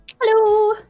Hello